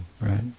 right